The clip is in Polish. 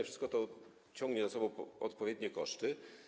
Wszystko to ciągnie za sobą odpowiednie koszty.